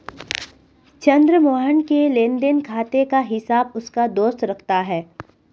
चंद्र मोहन के लेनदेन खाते का हिसाब उसका दोस्त रखता है